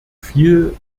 viel